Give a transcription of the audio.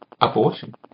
Abortion